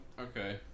Okay